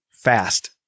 Fast